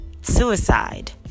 Suicide